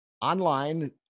online